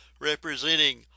representing